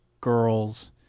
girls